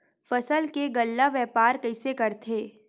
फसल के गल्ला व्यापार कइसे करथे?